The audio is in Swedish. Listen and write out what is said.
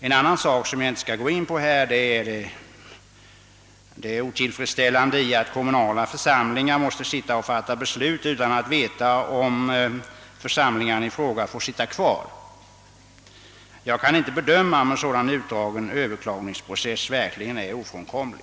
En annan sak, som jag inte skall gå närmare in på, är det otillfredsställande i att 'en kommunal församling måste fatta beslut utan att veta om den i fortsättningen får sitta kvar. Jag kan inte se, att en sådan här utdragen . besvärsprocess verkligen är ofrånkomlig.